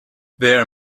their